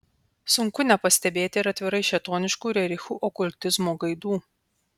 sunku nepastebėti ir atvirai šėtoniškų rerichų okultizmo gaidų